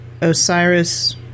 Osiris